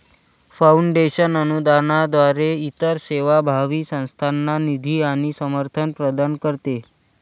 foundation अनुदानाद्वारे इतर सेवाभावी संस्थांना निधी आणि समर्थन प्रदान करते